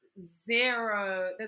zero